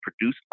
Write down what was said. produce